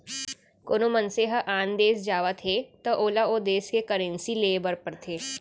कोना मनसे ह आन देस जावत हे त ओला ओ देस के करेंसी लेय बर पड़थे